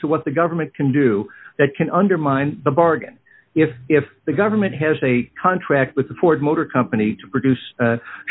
to what the government can do that can undermine the bargain if if the government has a contract with the ford motor company to produce